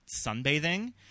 sunbathing